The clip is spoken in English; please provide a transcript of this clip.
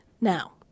Now